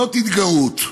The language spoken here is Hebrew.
זאת התגרות.